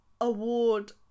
award